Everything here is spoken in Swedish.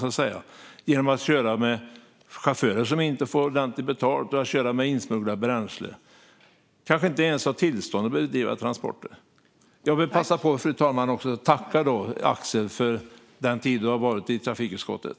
Det har de genom att använda chaufförer som inte får ordentligt betalt och att köra med insmugglat bränsle. De kanske inte ens har tillstånd att bedriva transporter. Fru talman! Jag vill passa på att tacka Axel Hallberg för den tid som han varit i trafikutskottet.